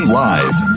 live